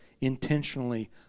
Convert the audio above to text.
intentionally